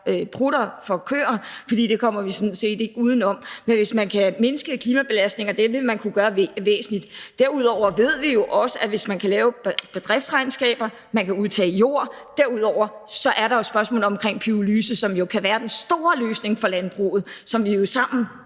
prutter, for det kommer vi sådan set ikke uden om. Men man kan mindske klimabelastningen, og det vil man kunne gøre væsentligt. Derudover ved vi jo også, at man kan lave bedriftsregnskaber, man kan udtage jord, og så er der spørgsmålet om pyrolyse, som jo kan være den store løsning for landbruget, og som vi jo sammen